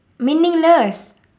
meaningless